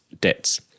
debts